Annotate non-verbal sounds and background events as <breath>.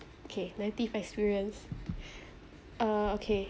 K negative experience <breath> uh okay